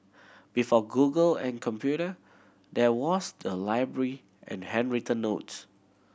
before Google and computer there was the library and handwritten notes